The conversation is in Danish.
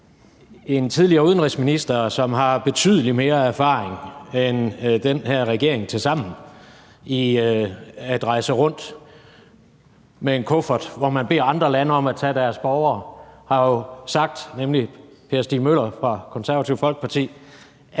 En tidligere udenrigsminister, som har betydelig mere erfaring end den her regering tilsammen med at rejse rundt med en kuffert, hvor man beder andre lande om at tage imod deres borgere, nemlig Per Stig Møller fra Det Konservative Folkeparti,